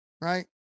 right